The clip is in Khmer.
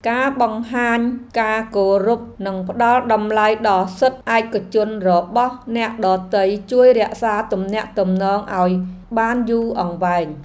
ការបង្ហាញការគោរពនិងផ្តល់តម្លៃដល់សិទ្ធិឯកជនរបស់អ្នកដទៃជួយរក្សាទំនាក់ទំនងឱ្យបានយូរអង្វែង។